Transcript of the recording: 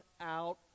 out